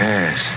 Yes